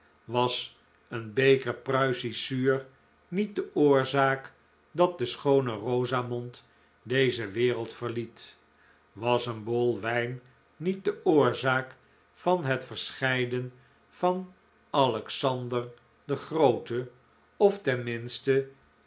was een beker pruisisch zuur niet de oorzaak dat de schoone rosamond deze wereld verliet was een bowl wijn niet de oorzaak van het verscheiden van alexander den grooten of